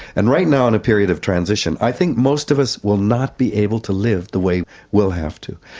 and right now in a period of transition i think most of us will not be able to live the way we'll have to.